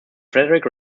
frederic